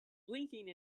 blinking